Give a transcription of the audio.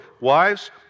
Wives